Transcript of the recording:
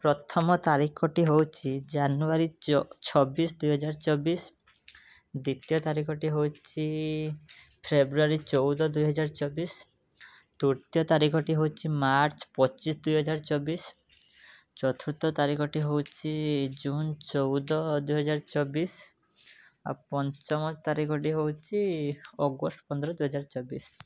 ପ୍ରଥମ ତାରିଖଟି ହେଉଛି ଜାନୁୟାରୀ ଛବିଶି ଦୁଇ ହଜାର ଚବିଶ ଦ୍ୱିତୀୟ ତାରିଖଟି ହେଉଛି ଫେବୃୟାରୀ ଚଉଦ ଦୁଇ ହଜାର ଚବିଶି ତୃତୀୟ ତାରିଖଟି ହେଉଛି ମାର୍ଚ୍ଚ୍ ପଚିଶି ଦୁଇ ହଜାର ଚବିଶି ଚତୁର୍ଥ ତାରିଖଟି ହେଉଛି ଜୁନ୍ ଚଉଦ ଦୁଇ ହଜାର ଚବିଶି ଆଉ ପଞ୍ଚମ ତାରିଖଟି ହେଉଛି ଅଗଷ୍ଟ ପନ୍ଦର ଦୁଇ ହଜାର ଚବିଶି